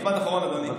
משפט אחרון, אדוני.